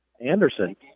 Anderson